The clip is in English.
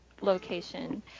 location